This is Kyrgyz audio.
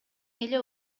эле